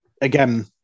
again